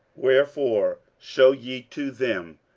wherefore shew ye to them,